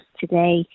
today